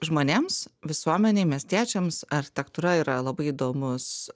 žmonėms visuomenei miestiečiams architektūra yra labai įdomus